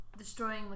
Destroying